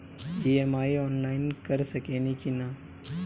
EMI online कर सकेनी की ना?